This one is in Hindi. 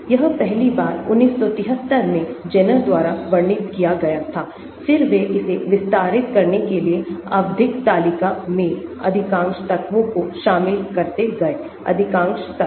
यह पहली बार 1973 में ज़ेरनर द्वारा वर्णित किया गया था फिर वे इसे विस्तारित करने के लिए आवधिक तालिका में अधिकांश तत्वों को शामिल करते गए अधिकांश तत्व